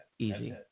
Easy